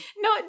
No